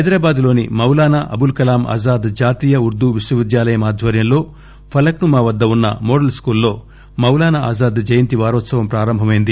హైదరాబాద్ లోని మౌలానా ఆబుల్ కలామ్ ఆజాద్ జాతీయ ఉర్దూ విశ్వవిద్యాలయం ఆధ్వర్యంలో ఫలక్ నుమా వద్ద ఉన్న మోడల్ స్కూల్ లో మౌలానా ఆజాద్ జయంతి వారోత్సవం ప్రారంభమైంది